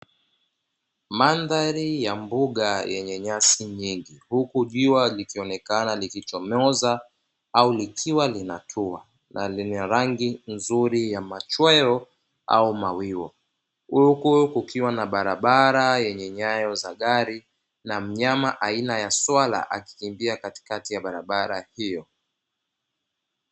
Mandhari ya mbuga yenye nyasi nyingi huku jua likiwa likionekana ni vichomeoza au likiwa linatua, na lina rangi nzuri ya machoyo au mawio huku kukiwa na barabara yenye nyayo za gari, na mnyama aina ya swala akikimbia katikati ya barabara hiyo.